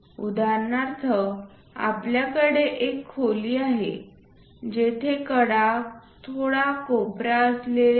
उदाहरणार्थ आपल्याकडे एक खोली आहे जेथे कडा थोडा कोपरा असलेल्या आहेत